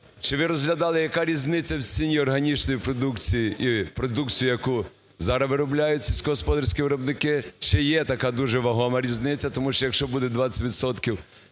чи ви розглядали, яка різниця у ціні органічної продукції і продукції, яку зараз виробляють сільськогосподарські виробники? Чи є така дуже вагома різниця? Тому що, якщо буде 20